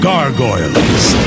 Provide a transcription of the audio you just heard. Gargoyles